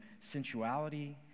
sensuality